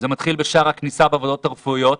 זה מתחיל בשער הכניסה בוועדות הרפואיות.